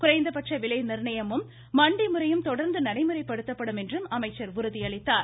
குறைந்தபட்ச விலை நிர்ணயமும் மண்டி முறையும் தொடர்ந்து நடைமுறைப்படுத்தப்படும் என்றும் அமைச்சர் உறுதியளித்தார்